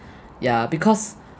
ya because